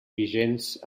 vigents